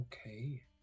okay